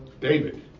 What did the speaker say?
David